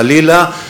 חלילה,